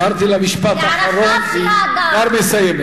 אמרתי לה משפט אחרון והיא כבר מסיימת.